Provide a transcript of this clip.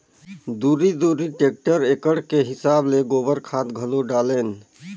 दूरी दूरी टेक्टर एकड़ के हिसाब ले गोबर खाद घलो डालेन